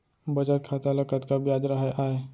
बचत खाता ल कतका ब्याज राहय आय?